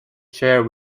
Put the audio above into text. chair